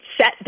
set